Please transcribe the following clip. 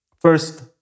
first